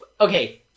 Okay